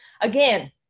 again